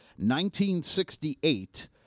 1968